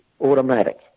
automatic